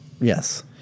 Yes